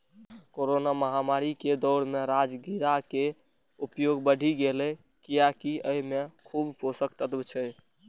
corona महामारी के दौर मे राजगिरा के उपयोग बढ़ि गैले, कियैकि अय मे खूब पोषक तत्व छै